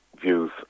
views